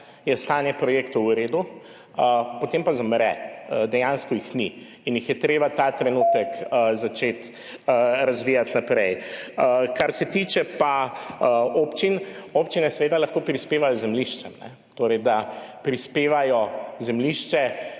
je stanje projektov v redu, potem pa zamre, dejansko jih ni in jih je treba ta trenutek začeti razvijati naprej. Kar se pa tiče občin, občine seveda lahko prispevajo zemljišča. To, da prispevajo zemljišča,